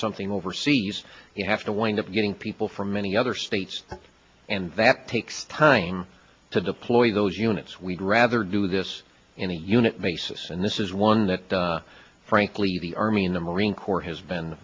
something overseas you have to wind up getting people from many other states and that takes time to deploy those units we'd rather do this in a unit mason this is one that frankly the army in the marine corps has been